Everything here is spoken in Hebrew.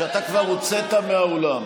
שאתה כבר הוצאת מהאולם.